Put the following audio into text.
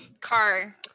car